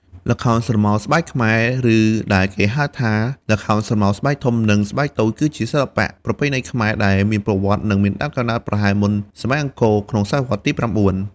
ល្ខោនស្រមោលស្បែកខ្មែរ ឬដែលគេហៅថា ល្ខោនស្រមោលស្បែកធំ និងស្បែកតូចគឺជាសិល្បៈប្រពៃណីខ្មែរ ដែលមានប្រវត្តិនិងមានដើមកំណើតប្រហែលមុនសម័យអង្គរ ក្នុងសតវត្សទី ៩។